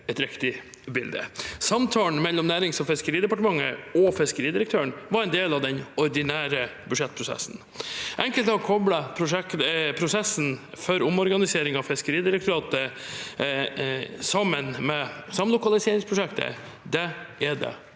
Samtalen mellom Nærings- og fiskeridepartementet og fiskeridirektøren var en del av den ordinære budsjettprosessen. Enkelte har koblet prosessen for omorganisering av Fiskeridirektoratet sammen med samlokaliseringsprosjektet. Det er det